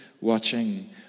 watching